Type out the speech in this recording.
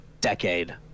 decade